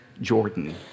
Jordan